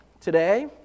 today